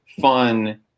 fun